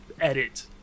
edit